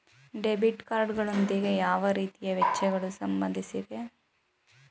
Debit card ಗಳೊಂದಿಗೆ ಯಾವ ರೀತಿಯ ವೆಚ್ಚಗಳು ಸಂಬಂಧಿಸಿವೆ?